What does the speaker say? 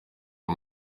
iyi